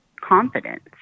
confidence